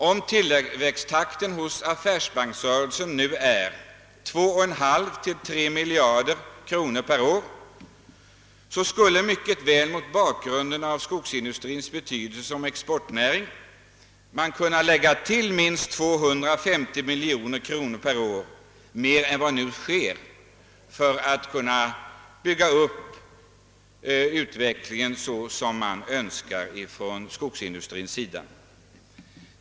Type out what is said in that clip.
Med en tillväxttakt hos affärsbanksrörelsen på 2,5 till 3 miljarder kronor per år skulle man mycket väl mot bakgrunden av skogsindustrins betydelse som exportnäring kunna av denna tillförsel lägga minst 250 miljoner kronor per år för att kunna få till stånd en sådan utveckling som man önskar från skogsindustrins sida.